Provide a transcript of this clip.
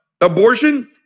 Abortion